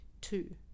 two